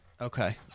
Okay